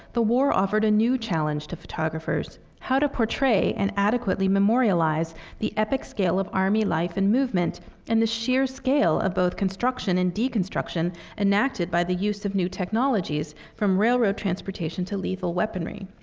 the war offered a new challenge to photographers how to portray and adequately memorialize the epic scale of army life and movement and the sheer scale of both construction and deconstruction enacted by the use of new technologies from railroad transportation to lethal weaponry.